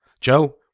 Joe